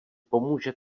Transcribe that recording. pomůže